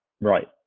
Right